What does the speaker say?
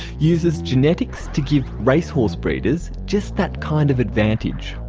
uses genetics to give racehorse breeders just that kind of advantage.